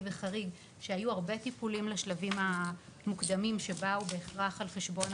וחריג שהיו המון טיפולים לשלבים המוקדמים שבאו בהכרח על חשבון